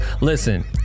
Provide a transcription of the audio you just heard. Listen